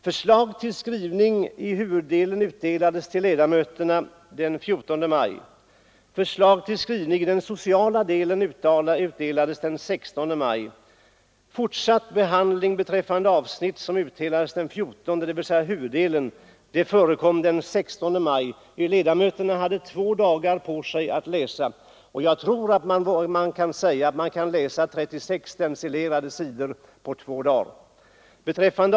Förslag till skrivning i huvuddelen utdelades till ledamöterna den 14 maj. Förslag till skrivning i den sociala delen utdelades den 16 maj. Fortsatt behandling beträffande avsnittet som utdelades den 14 maj, dvs. huvuddelen, förekom den 16 maj. Ledamöterna hade två dagar på sig att läsa detta avsnitt, och jag tror att man kan läsa 36 stencilerade sidor på två dagar.